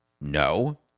No